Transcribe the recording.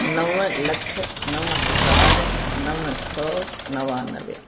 नव लख नव हज़ार नव सौ नवानवे